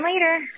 later